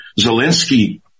Zelensky